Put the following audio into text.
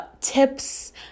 tips